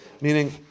meaning